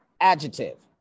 adjective